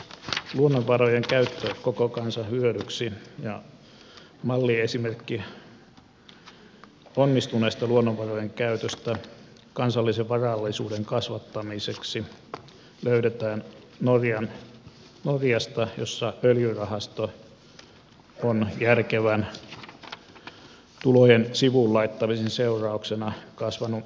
luonnonvarojen käyttö koko kansan hyödyksi ja malliesimerkki onnistuneesta luonnonvarojen käytöstä kansallisen varallisuuden kasvattamiseksi löydetään norjasta jossa öljyrahasto on järkevän tulojen sivuun laittamisen seurauksena kasvanut suureksi